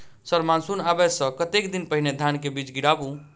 Sir monsoon आबै सऽ कतेक दिन पहिने धान केँ बीज गिराबू?